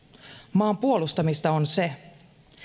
maan puolustamista on se